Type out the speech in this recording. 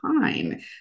time